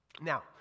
Now